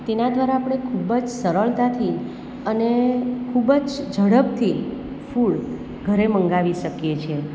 તેના દ્વારા આપણે ખૂબ જ સરળતાથી અને ખૂબ જ ઝડપથી ફૂડ ઘરે મંગાવી શકીએ છે